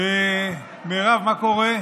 מירב, מה קורה?